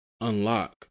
Unlock